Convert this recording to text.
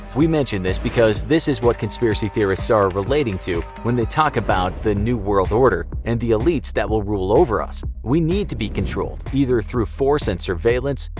we mention this because this is what conspiracy theorists are relating to when they talk about the new world order and the elites that will rule over us. we need to be controlled, either through force and surveillance,